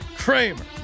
Kramer